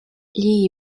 gli